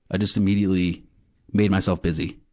i just immediately made myself busy,